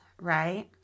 right